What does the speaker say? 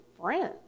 friends